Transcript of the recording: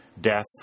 Death